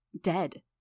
Dead